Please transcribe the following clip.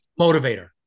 motivator